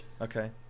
Okay